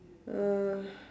uh